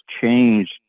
changed